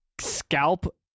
scalp